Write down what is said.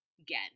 again